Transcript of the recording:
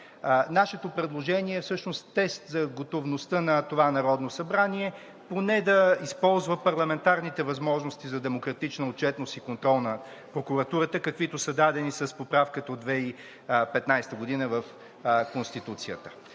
Нашето предложение е всъщност тест за готовността на това Народно събрание поне да използва парламентарните възможности за демократична отчетност и контрол на прокуратурата, каквито са дадени с поправката от 2015 г. в Конституцията.